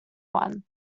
one